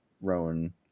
Rowan